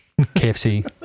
KFC